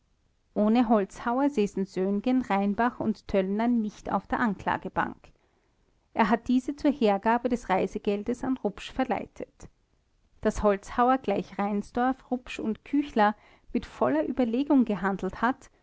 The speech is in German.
ohne holzhauer säßen söhngen rheinbach und töllner nicht auf der anklagebank er hat diese zur hergabe des reisegeldes an rupsch verleitet daß holzhauer gleich reinsdorf rupsch und küchler mit voller überlegung gehandelt hat